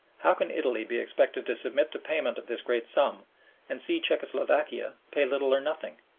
how can italy be expected to submit to payment of this great sum and see czecho-slovakia pay little or nothing?